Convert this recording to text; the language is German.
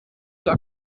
zur